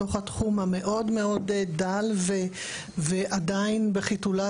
בתוך התחום המאוד מאוד דל ועדיין בחיתוליו